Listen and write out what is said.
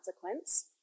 consequence